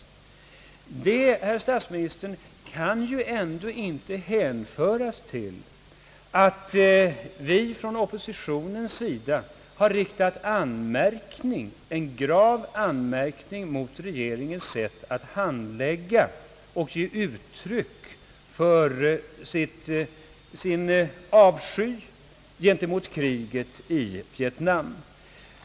Detta, herr statsminister, kan ju ändå inte hänföras till att oppositionen har riktat en grav anmärkning mot regeringens metod att ge uttryck för sin avsky mot kriget i Vietnam.